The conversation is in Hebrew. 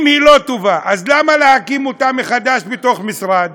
אם היא לא טובה, למה להקים אותה מחדש בתוך משרד?